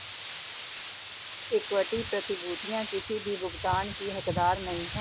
equity प्रतिभूतियां किसी भी भुगतान की हकदार नहीं हैं